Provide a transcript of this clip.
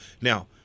Now